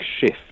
shift